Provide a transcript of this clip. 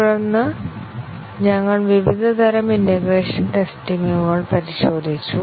തുടർന്ന് ഞങ്ങൾ വിവിധ തരം ഇന്റേഗ്രേഷൻ ടെറ്റസിങുകൾ പരിശോധിച്ചു